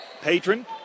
Patron